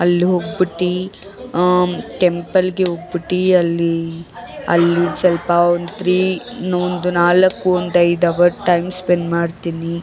ಅಲ್ಲಿ ಹೋಗ್ಬಿಟ್ಟು ಟೆಂಪಲ್ಗೆ ಹೋಗ್ಬಿಟ್ಟು ಅಲ್ಲಿ ಅಲ್ಲಿ ಸ್ವಲ್ಪ ಒಂದು ತ್ರೀ ನೊಂದ್ ನಾಲಕ್ಕು ಒಂದೈದ್ ಅವರ್ ಟೈಮ್ ಸ್ಪೆಂಡ್ ಮಾಡ್ತೀನಿ